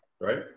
right